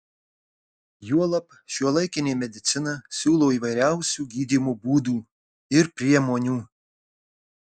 juolab šiuolaikinė medicina siūlo įvairiausių gydymo būdų ir priemonių